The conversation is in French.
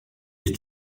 est